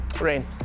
Rain